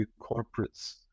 corporates